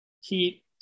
Heat